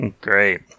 Great